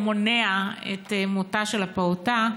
או מונע את מותה של הפעוטה,